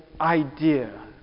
idea